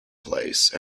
place